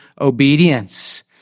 obedience